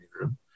room